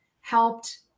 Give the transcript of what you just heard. helped